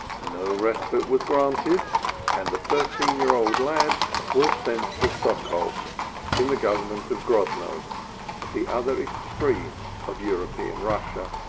no respite was granted and the thirteen-year old lad was sent to sokolk in the government of grodno at the other extreme of european russia,